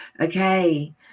okay